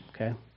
okay